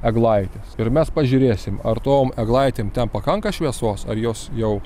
eglaitės ir mes pažiūrėsim ar tom eglaitėm ten pakanka šviesos ar jos jau